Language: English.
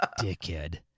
dickhead